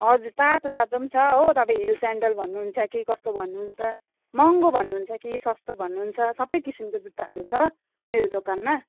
हजुर तातो तातो पनि छ हो तपाईँ हिल सेन्डल भन्नुहुन्छ कि कस्तो भन्नुहुन्छ महँगो भन्नुहुन्छ कि सस्तो भन्नुहुन्छ सबै किसिमको जुत्ताहरू छ मेरो दोकानमा